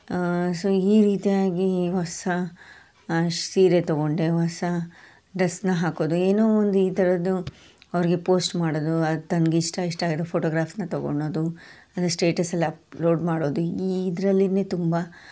so ಈ ರೀತಿಯಾಗಿ ಹೊಸ ಸೀರೆ ತಗೊಂಡೆ ಹೊಸ ಡ್ರೆಸನ್ನ ಹಾಕೋದು ಏನೋ ಒಂದು ಈ ಥರದ್ದು ಅವ್ರಿಗೆ ಪೋಸ್ಟ್ ಮಾಡೋದು ತನ್ಗೆ ಇಷ್ಟ ಇಷ್ಟ ಆಗಿರೋ ಫೋಟೋಗ್ರಾಫ್ಸ್ನ ತಗೊಳೋದು ಅಂದರೆ ಸ್ಟೇಟಸಲ್ಲಿ ಅಪ್ಲೋಡ್ ಮಾಡೋದು ಈ ಇದರಲ್ಲಿನೇ ತುಂಬ